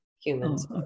Humans